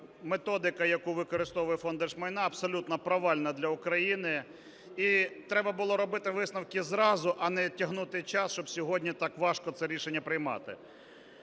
методика, яку використовує Фонд держмайна, абсолютно провальна для України. І треба було робити висновки зразу, а не тягнути час, щоб сьогодні так важко це рішення приймати.